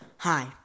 Hi